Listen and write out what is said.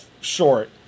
short